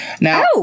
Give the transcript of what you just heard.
Now